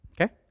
Okay